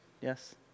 Yes